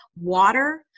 water